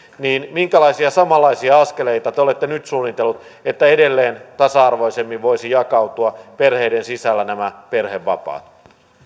ja minkälaisia samanlaisia askeleita te olette nyt suunnitellut että edelleen tasa arvoisemmin voisivat jakautua perheiden sisällä nämä perhevapaat